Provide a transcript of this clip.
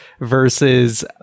versus